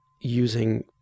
using